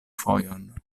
fojon